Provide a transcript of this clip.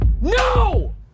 no